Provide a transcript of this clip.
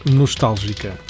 nostálgica